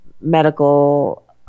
medical